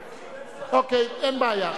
אוקיי, אין בעיה.